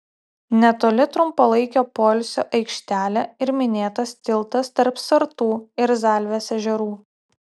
netoli trumpalaikio poilsio aikštelė ir minėtas tiltas tarp sartų ir zalvės ežerų